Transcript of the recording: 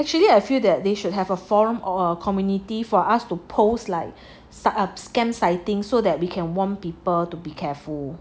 actually I feel that they should have a forum or a community for us to post like se~ up scams citing so that we can warn people to be careful